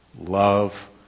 love